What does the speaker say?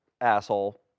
asshole